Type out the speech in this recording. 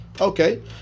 Okay